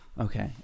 Okay